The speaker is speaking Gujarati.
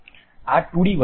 આ 2D વસ્તુ છે